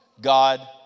God